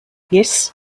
yes